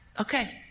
okay